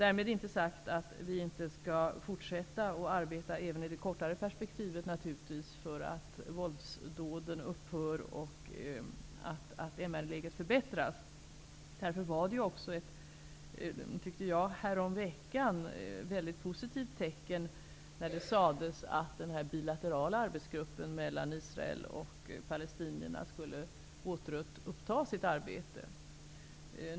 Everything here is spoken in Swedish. Därmed är det inte sagt att vi inte skall fortsätta att arbeta även i det kortare perspektivet för att våldsdåden skall upphöra och MR-läget förbättras. Därför var det häromveckan ett väldigt positivt tecken när det sades att den bilaterala arbetsgruppen med representanter från Israel och palestinierna skulle återuppta sitt arbete.